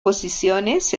posiciones